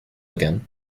again